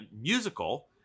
musical